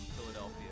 Philadelphia